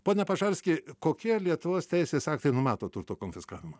pone pažarski kokie lietuvos teisės aktai numato turto konfiskavimą